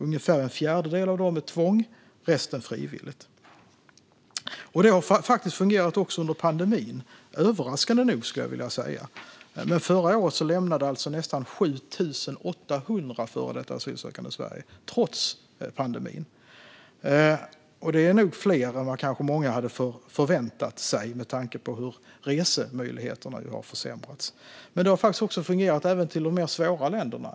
Ungefär en fjärdedel har skett med tvång, resten frivilligt. Det har fungerat också under pandemin - överraskande nog, skulle jag vilja säga. Förra året lämnade nästan 7 800 före detta asylsökande Sverige, trots pandemin. Det är fler än vad många kanske hade förväntat sig, med tanke på hur resemöjligheterna har försämrats. Det har funkat också till svårare länder.